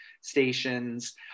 stations